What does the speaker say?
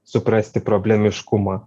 suprasti problemiškumą